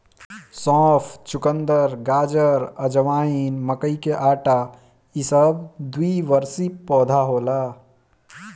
सौंफ, चुकंदर, गाजर, अजवाइन, मकई के आटा इ सब द्विवर्षी पौधा होला